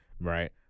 Right